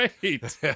great